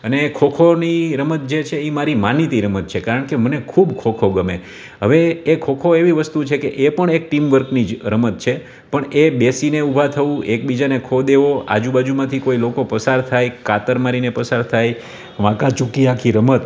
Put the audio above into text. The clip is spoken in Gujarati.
અને એ ખોખોની રમત જે છે એ મારી માનીતી રમત છે કારણ કે મને ખૂબ ખોખો ગમે હવે એ ખોખો એવી વસ્તુ છે કે એ પણ એક ટીમ વર્કની જ રમત છે પણ એ બેસીને ઊભા થવું એકબીજાને ખો દેવો આજુબાજુમાંથી કોઈ લોકો પસાર થાય કાતર મારીને પસાર થાય વાંકા ચૂકી આખી રમત